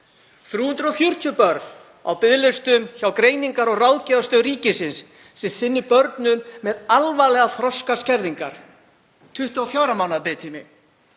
340 börn á biðlistum hjá Greiningar- og ráðgjafarstöð ríkisins sem sinnir börnum með alvarlegar þroskaskerðingar, 24 mánaða biðtími.